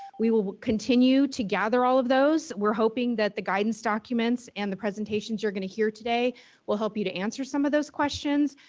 we will continue to gather all of those. we're hoping that the guidance documents and the presentations you're going to hear today will help you to answer some of those questions,